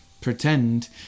pretend